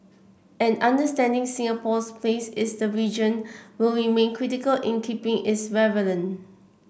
and understanding Singapore's place is the region will remain critical in keeping its relevant